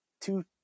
two